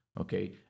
okay